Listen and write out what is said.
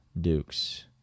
Dukes